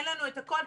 אין לנו את הכול,